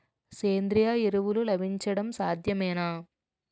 సేంద్రీయ ఎరువులు లభించడం సాధ్యమేనా?